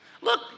Look